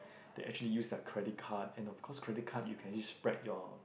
they actually use their credit card and of course credit card you can just spread your